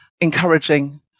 encouraging